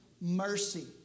mercy